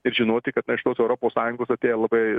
ir žinoti kad na iš tos europos sąjungos atėjo labai